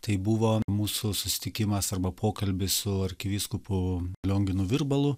tai buvo mūsų susitikimas arba pokalbis su arkivyskupu lionginu virbalu